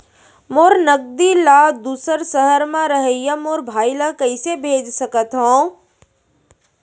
मोर नगदी ला दूसर सहर म रहइया मोर भाई ला कइसे भेज सकत हव?